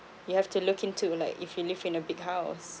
you have to look into like if you live in a big house